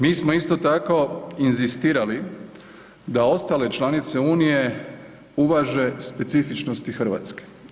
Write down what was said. Mi smo isto tako inzistirali da ostale članice Unije važe specifičnosti Hrvatske.